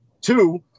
Two